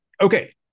Okay